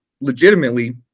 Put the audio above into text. legitimately